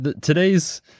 Today's